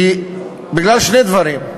בגלל שני דברים: